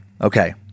okay